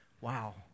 Wow